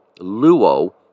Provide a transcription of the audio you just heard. luo